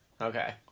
Okay